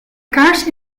kaars